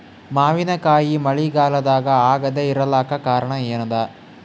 ಮಾವಿನಕಾಯಿ ಮಳಿಗಾಲದಾಗ ಆಗದೆ ಇರಲಾಕ ಕಾರಣ ಏನದ?